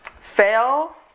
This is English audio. fail